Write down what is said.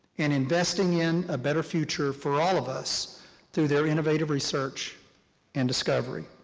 and investing in a better future for all of us through their innovative research and discovery.